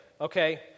okay